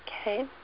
Okay